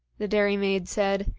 the dairymaid said,